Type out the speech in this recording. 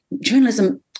journalism